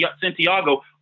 Santiago